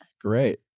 Great